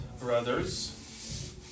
brothers